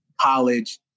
college